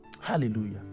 Hallelujah